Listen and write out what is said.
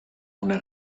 una